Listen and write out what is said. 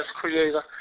creator